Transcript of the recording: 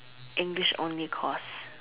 English only course